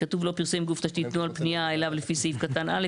כתוב "לא פרסם גוף תשתית נוהל פנייה אליו לפי סעיף קטן (א),